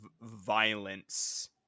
violence